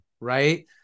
right